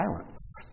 violence